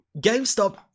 GameStop